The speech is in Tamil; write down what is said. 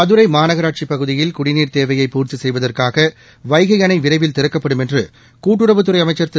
மதுரை மாநகராட்சிப் பகுதியில் குடிநீர் தேவையை பூர்த்தி செய்வதற்காக வைகை அணை விரைவில் திறக்கப்படும் என்று கூட்டுறவுத்துறை அமைச்சா் திரு